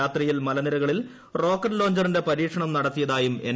രാത്രിയിൽ മലനിരകളിൽ റോക്കറ്റ് ലോഞ്ചറിന്റെ പരീക്ഷണം നടത്തിയതായും എൻ